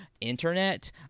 internet